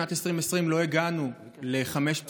בשנת 2020 לא הגענו ל-5.85%.